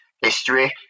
history